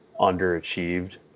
underachieved